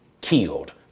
killed